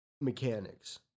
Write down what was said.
mechanics